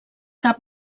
cap